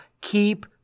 Keep